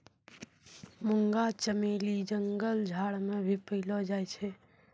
मुंगा चमेली जंगल झाड़ मे भी पैलो जाय छै